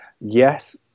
yes